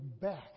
back